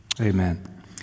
Amen